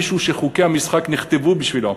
מישהו שחוקי המשחק נכתבו בשבילו.